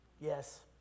Yes